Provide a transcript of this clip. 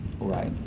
right